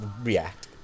react